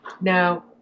Now